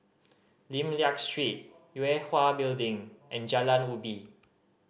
Lim Liak Street Yue Hwa Building and Jalan Ubi